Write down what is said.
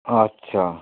আচ্ছা